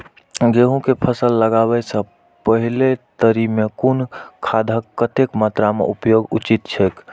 गेहूं के फसल लगाबे से पेहले तरी में कुन खादक कतेक मात्रा में उपयोग उचित छेक?